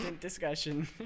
discussion